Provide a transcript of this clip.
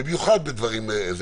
במיוחד בדברים האלה,